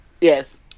Yes